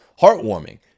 heartwarming